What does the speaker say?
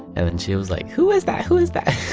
and then she was like, who is that? who is that?